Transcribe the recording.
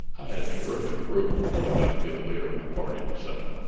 i had terrific approval until i got to be the leader of my party in the senate.